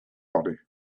body